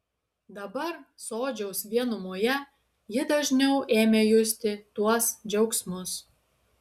dabar sodžiaus vienumoje ji dažniau ėmė justi tuos džiaugsmus